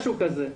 משהו כזה.